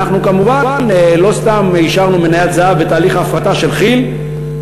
אנחנו כמובן לא סתם אישרנו מניית זהב בתהליך ההפרטה של כי"ל,